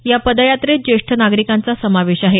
या पदयात्रेत ज्येष्ठ नागरिकांचा समावेश आहे